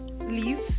leave